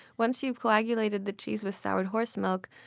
once you've coagulated the cheese with soured horse milk,